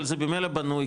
אבל זה במלא בנוי,